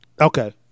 Okay